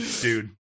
dude